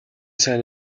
сайн